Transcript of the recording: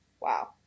wow